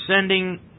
sending